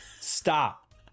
Stop